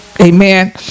Amen